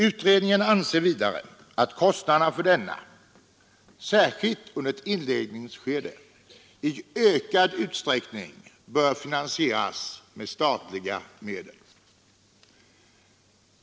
Utredningen anser att kostnaderna för denna förädling, särskilt under ett inledningsskede, i ökad utsträckning bör finansieras med statliga medel.